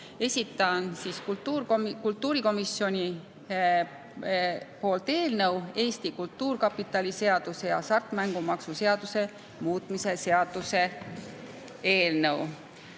Esitan kultuurikomisjoni nimel Eesti Kultuurkapitali seaduse ja hasartmängumaksu seaduse muutmise seaduse eelnõu.